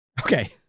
Okay